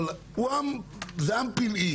זה עם פלאי.